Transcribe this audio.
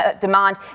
demand